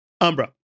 Umbra